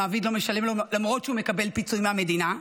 המעביד לא משלם לו למרות שהוא מקבל פיצוי מהמדינה.